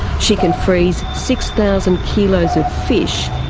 she can freeze six thousand kilos of fish,